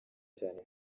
cyane